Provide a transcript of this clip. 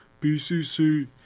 bcc